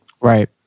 Right